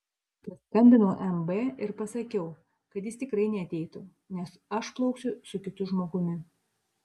paskambinau mb ir pasakiau kad jis tikrai neateitų nes aš plauksiu su kitu žmogumi